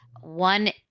One